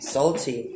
Salty